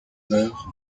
meurt